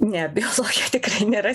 ne biologija tikrai nėra